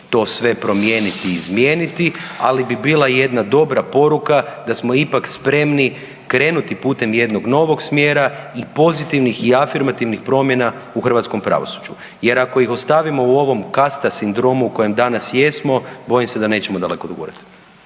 to sve promijeniti i izmijeniti, ali bi bila jedna dobra poruka da smo ipak spremni krenuti putem jednog novog smjera i pozitivnih i afirmativnih promjena u hrvatskom pravosuđu jer ako ih ostavimo u ovom kasta sindromu u kojem danas jesmo bojim se da nećemo daleko dogurati.